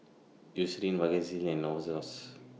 Eucerin Vagisil and Novosource